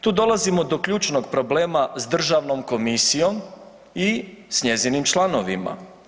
Tu dolazimo do ključnog problema s državnom komisijom i s njezinim članovima.